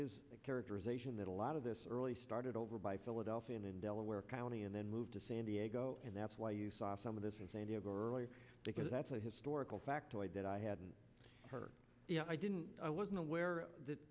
his characterization that a lot of this early started over by philadelphia and in delaware county and then moved to san diego and that's why you saw some of this is a to go earlier because that's a historical factoid that i hadn't heard you know i didn't i wasn't aware that